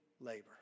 labor